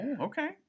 Okay